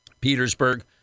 Petersburg